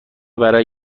برای